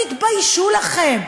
תתביישו לכם.